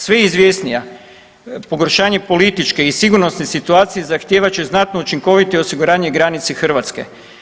Sve izvjesnija pogoršanja političke i sigurnosne situacije zahtijevat će znatno učinkovito osiguranje granice Hrvatske.